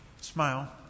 smile